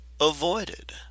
avoided